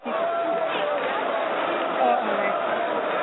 ঠিক আছে দিয়ক তেন্তে অঁ ৰাইট ৰাইট মানে